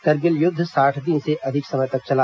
करगिल युद्ध साठ दिन से अधिक समय तक चला